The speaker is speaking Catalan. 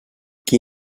qui